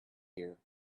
here